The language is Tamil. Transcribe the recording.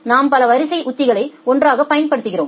நாம் பல வரிசை உத்திகளை ஒன்றாகப் பயன்படுத்துகிறோம்